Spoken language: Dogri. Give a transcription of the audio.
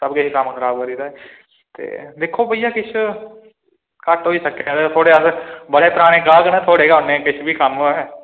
सबकिश कम्म खराब करी दित्ता ते दिक्खो बइया किश घट्ट होई सकेआ ते थुआढ़े अस बड़े पराने गाह्क आं थुआढ़े गै औन्ने किश बी कम्म होए